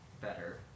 better